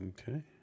Okay